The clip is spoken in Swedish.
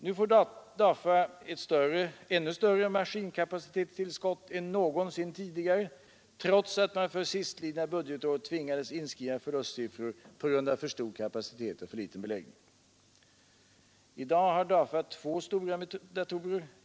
Nu får DAFA ett ännu större maskinkapacitetstillskott än någonsin tidigare trots att man för sistlidna budgetår tvingades inskriva förlustsiffror på grund av för stor kapacitet och för liten beläggning. I dag har DAFA två stora datorer.